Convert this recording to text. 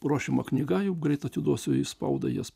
ruošiama knyga jau greit atiduosiu į spaudą jas